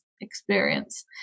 experience